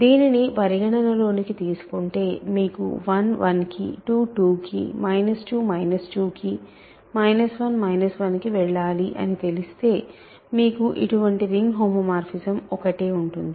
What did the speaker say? దీనిని పరిగణన లోకి తీసుకుంటే మీకు 1 1 కి 2 2 కి 2 2 కి 1 1 కి వెళ్ళాలి అని తెలిస్తే మీకు ఇటువంటి రింగ్ హోమోమార్ఫిజం ఒకటే ఉంటుంది